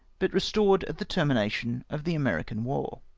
but restored at the termination of the american war.